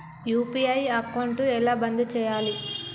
UPI account ఎలా బంద్ చేయాలి?